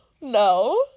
no